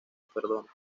perdona